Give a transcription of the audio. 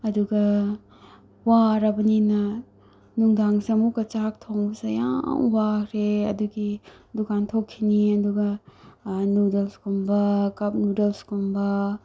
ꯑꯗꯨꯒ ꯋꯥꯔꯕꯅꯤꯅ ꯅꯨꯡꯗꯥꯡꯁꯦ ꯑꯃꯨꯛꯀ ꯆꯥꯛ ꯊꯣꯡꯕꯁꯦ ꯌꯥꯝ ꯋꯥꯈꯔꯦ ꯑꯗꯨꯒꯤ ꯗꯨꯀꯥꯟ ꯊꯣꯛꯈꯤꯅꯤ ꯑꯗꯨꯒ ꯅꯨꯗꯜꯁꯀꯨꯝꯕ ꯀꯞ ꯅꯨꯗꯜꯁꯀꯨꯝꯕ